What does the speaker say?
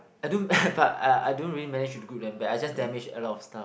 I don't but ah I don't really manage to glue them back I just damage a lot of stuff